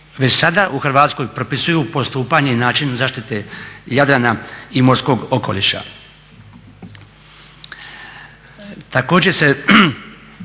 već sada u Hrvatskoj propisuju postupanje i način zaštite Jadrana i morskog okoliša.